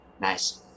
Nice